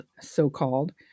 so-called